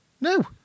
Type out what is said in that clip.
No